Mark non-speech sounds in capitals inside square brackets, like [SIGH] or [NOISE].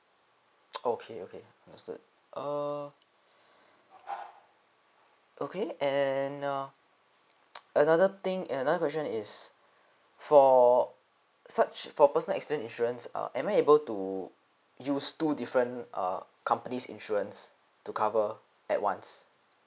[NOISE] okay okay so okay understood err okay and uh another thing another question is for such for personal accident insurance uh am I able to use two different err companies insurance to cover at once